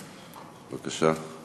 בבקשה.